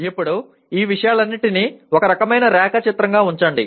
ఇప్పుడు ఈ విషయాలన్నింటినీ ఒక రకమైన రేఖాచిత్రంగా ఉంచండి